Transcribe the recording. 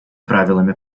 правилами